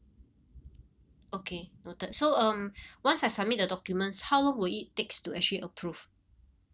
okay noted so um once I submit the documents how long will it takes to actually approve